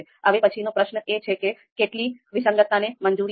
હવે પછીનો પ્રશ્ન એ છે કે કેટલી વિસંગતતાને મંજૂરી છે